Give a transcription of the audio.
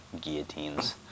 guillotines